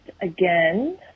again